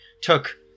took